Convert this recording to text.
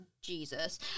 Jesus